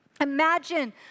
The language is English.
Imagine